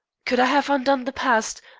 could i have undone the past,